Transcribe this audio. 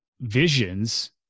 visions